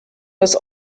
was